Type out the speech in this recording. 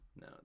No